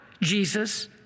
Jesus